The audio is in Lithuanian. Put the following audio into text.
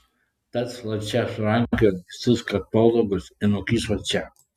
tad slapčia surankiojo visus katalogus ir nukišo čia